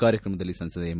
ಕಾರ್ಯಕ್ರಮದಲ್ಲಿ ಸಂಸದ ಎಂ